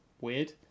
weird